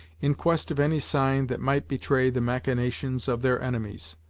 in quest of any sign that might betray the machinations of their enemies.